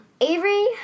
Avery